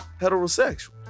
heterosexual